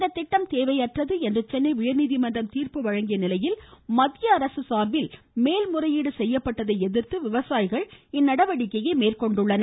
இந்த திட்டம் தேவையற்றது என்று சென்னை உயர்நீதிமன்றம் தீர்ப்பு வழங்கிய நிலையில் மத்திய அரசு சார்பில் மேல்முறையீடு செய்யப்பட்டதை எதிர்த்து விவசாயிகள் இந்நடவடிக்கையை மேற்கொண்டுள்ளனர்